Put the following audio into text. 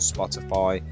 Spotify